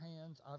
hands